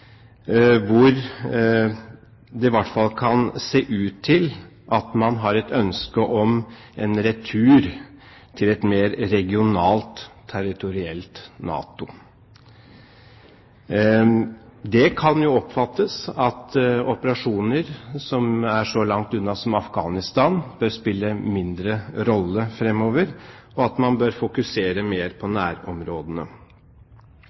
hvor det i hvert fall kan se ut til at man har et ønske om en retur til et mer regionalt territorielt NATO. Det kan oppfattes slik at operasjoner som er så langt unna som Afghanistan, bør spille en mindre rolle framover, og at man bør fokusere mer på